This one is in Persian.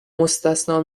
مستثنی